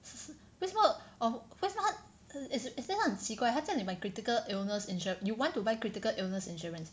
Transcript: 为什么 or 为什么他 as in 他很奇怪他叫你买 critical illness insur~ you want to buy critical illness insurance